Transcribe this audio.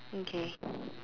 okay